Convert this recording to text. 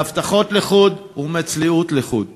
אבל הבטחות לחוד ומציאות לחוד.